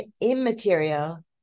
immaterial